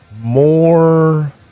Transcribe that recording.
more